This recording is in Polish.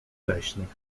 leśnych